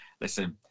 Listen